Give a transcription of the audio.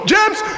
James